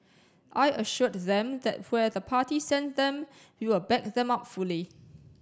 I assured them that where the party send them we will back them up fully